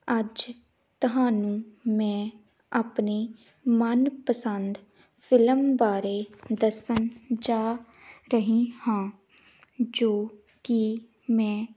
ਅੱਜ ਤੁਹਾਨੂੰ ਮੈਂ ਆਪਣੀ ਮਨ ਪਸੰਦ ਫਿਲਮ ਬਾਰੇ ਦੱਸਣ ਜਾ ਰਹੀ ਹਾਂ ਜੋ ਕਿ ਮੈਂ